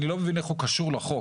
אני לא מבין איך הוא קשור לחוק.